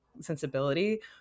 sensibility